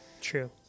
True